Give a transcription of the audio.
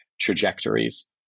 trajectories